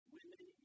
Women